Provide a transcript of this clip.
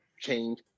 change